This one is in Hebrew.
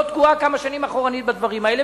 להיות תקועה כמה שנים אחורנית בדברים האלה,